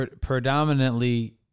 predominantly